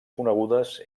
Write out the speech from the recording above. conegudes